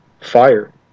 fire